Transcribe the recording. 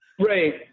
Right